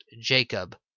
Jacob